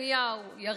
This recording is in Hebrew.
יריב לוין,